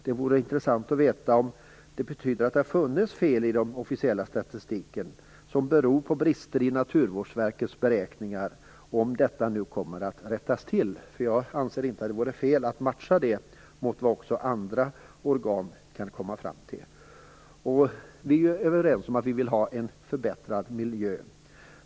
Det vore intressant att veta om det betyder att det har funnits fel i den officiella statistiken som beror på brister i Naturvårdsverkets beräkningar och om de i så fall kommer att rättas till. Jag anser att det inte vore fel att matcha det mot vad också andra organ kan komma fram till. Vi är överens om att vi vill ha en förbättrad miljö.